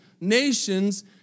nations